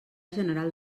general